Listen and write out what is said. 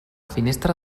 finestra